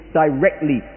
directly